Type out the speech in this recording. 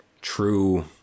true